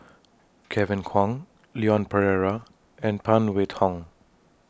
Kevin Kwan Leon Perera and Phan Wait Hong